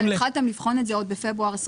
התחלתם לבחון את זה עוד בפברואר 2022?